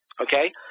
Okay